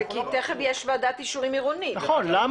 למה